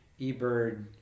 eBird